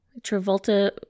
Travolta